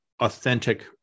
authentic